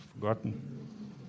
Forgotten